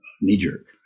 knee-jerk